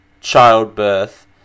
childbirth